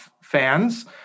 fans